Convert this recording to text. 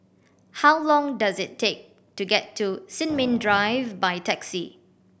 how long does it take to get to Sin Ming Drive by taxi